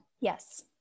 Yes